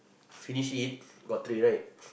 finish it got three right